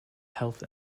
health